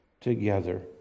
together